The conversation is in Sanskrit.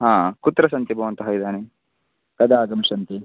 कुत्र सन्ति भवन्तः इदानीं कदा आगमिष्यन्ति